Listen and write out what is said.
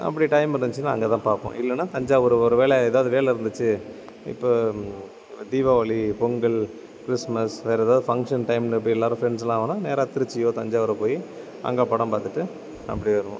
அப்படி டைம் இருந்துச்சுனா அங்கே தான் பார்ப்போம் இல்லைன்னா தஞ்சாவூர் ஒருவேளை ஏதாவது வேலை இருந்துச்சு இப்போ தீபாவளி பொங்கல் கிறிஸ்மஸ் வேறு ஏதாவது ஃபங்க்ஷன் டைமில் இப்படி எல்லோரும் ஃப்ரெண்ட்ஸ்லாம் வந்தால் நேராக திருச்சியோ தஞ்சாவூரோ போய் அங்கே படம் பார்த்துட்டு அப்டியே வருவோம்